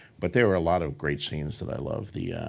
but there are a lot of great scenes that i love. the